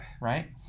right